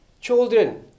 children